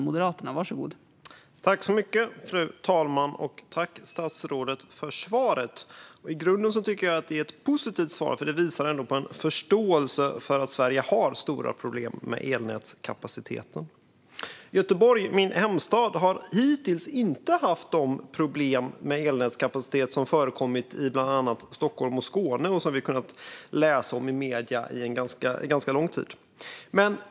Fru talman! Jag tackar statsrådet för svaret. I grunden tycker jag att det är ett positivt svar. Det visar ändå på en förståelse för att Sverige har stora problem med elnätskapaciteten. Göteborg, min hemstad, har hittills inte haft de problem med elnätskapacitet som förekommit i bland annat Stockholm och Skåne och som vi kunnat läsa om i medierna under ganska lång tid.